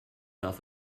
darf